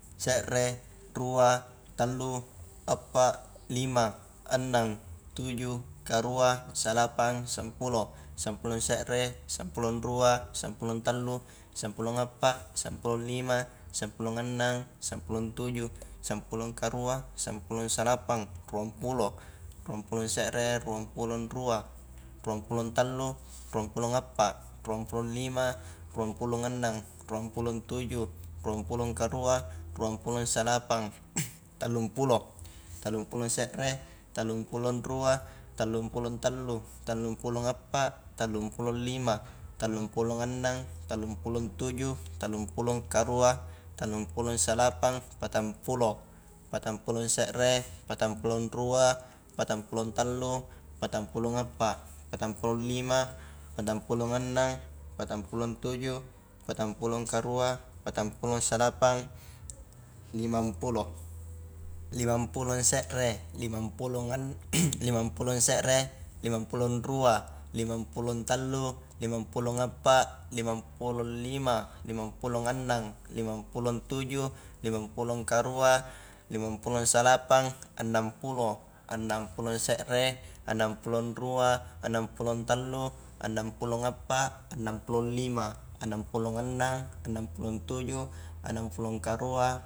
Se're, rua, tallu, appa, lima, annang, tuju, karua, salapang, sampulo, sampulong se're, sampulong rua, sampulong tallu, sampulong appa, sampulong lima, sampulong annang, sampulong tuju, sampulong karua, sampulong salapang, ruang pulo, ruang pulong se're, ruang pulong rua, ruang pulong tallu, ruang pulong appa, ruang pulong lima, ruang pulong annang, ruang pulong tuju, ruang pulong karua, ruang pulong salapang, tallung pulo, tallung pulong se're, tallung pulong rua, tallung pulong tallu, tallung pulong appa, tallung pulong lima, tallung pulong annang, tallung pulong tuju, tallung pulong karua, tallung pulong salapang, patang pulong, patang pulong se're, patang pulong rua, patang pulong tallu, patang pulong appa, patang pulong lima, patang pulong annang, patang pulong tuju, patang pulong karua, patang pulong salapang, limampulo, limampulong se're limampulong an limampulong se're, limampulong rua, limampulong tallu, limampulong appa, limampulong lima, limampulong annang, limampulong tuju, limampulong karua, limampulong salapang, annangpulo, annang pulong se're, annang pulong rua, annang pulong tallu, annang pulong appa, annang pulong lima, annang pulong annang, annang pulong tuju, annang pulong karua.